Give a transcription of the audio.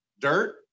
dirt